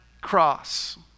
cross